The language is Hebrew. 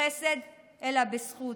בחסד אלא בזכות.